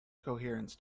coherence